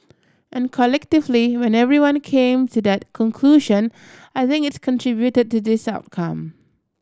and collectively when everyone came to that conclusion I think its contributed to this outcome